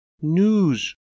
News